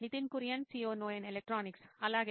Nitin Kurian COO నోయిన్ electronics అలాగే